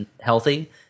healthy